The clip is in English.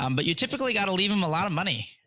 um but you typically got to leave them a lot of money.